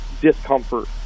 discomfort